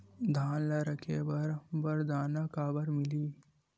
धान ल रखे बर बारदाना काबर मिलही?